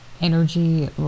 energy